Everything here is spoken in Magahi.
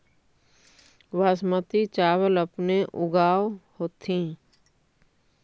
बासमती चाबल अपने ऊगाब होथिं?